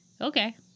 okay